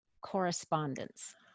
correspondence